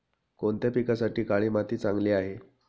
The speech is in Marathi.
कोणत्या पिकासाठी काळी माती चांगली आहे?